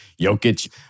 Jokic